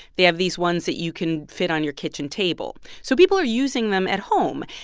they have these ones that you can fit on your kitchen table. so people are using them at home.